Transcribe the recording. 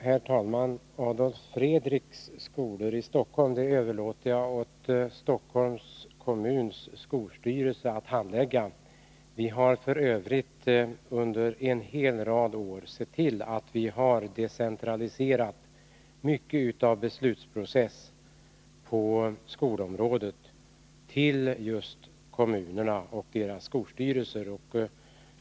Herr talman! Frågan om Adolf Fredriks skola i Stockholm överlåter jag åt Stockholms kommuns skolstyrelse att handlägga. Vi har f. ö. under en hel rad år sett till att decentralisera mycket av beslutsprocessen på skolområdet till just kommunerna och deras skolstyrelser.